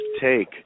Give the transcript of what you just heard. take